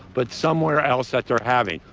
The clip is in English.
but somewhere else that they're having